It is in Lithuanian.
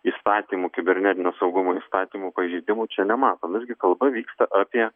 įstatymų kibernetinio saugumo įstatymų pažeidimų čia nematom irgi kalba vyksta apie